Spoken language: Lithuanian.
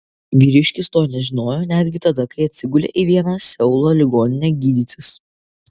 vyriškis to nežinojo netgi tada kai atsigulė į vieną seulo ligoninę gydytis